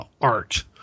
art